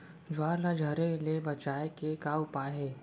ज्वार ला झरे ले बचाए के का उपाय हे?